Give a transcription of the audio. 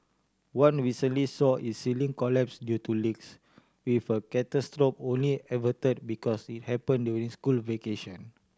one recently saw its ceiling collapse due to leaks with a catastrophe only averted because it happen during school vacation